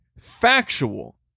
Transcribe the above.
factual